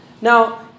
Now